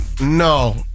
no